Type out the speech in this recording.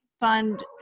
fund